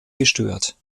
gestört